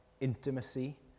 intimacy